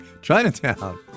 Chinatown